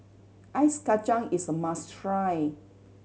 Ice Kachang is a must try